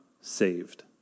saved